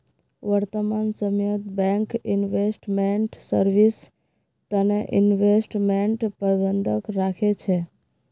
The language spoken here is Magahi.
वर्तमान समयत बैंक इन्वेस्टमेंट सर्विस तने इन्वेस्टमेंट प्रबंधक राखे छे